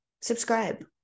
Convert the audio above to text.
subscribe